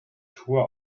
tour